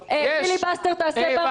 פיליבאסטר תעשה במליאה.